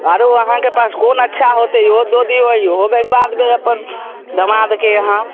आरो अहाँके पास कोन अच्छा होयतैक ओहो दऽ दिऔ इहो भेजबा देबै अपन दमादके यहाँ